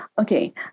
Okay